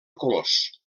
colors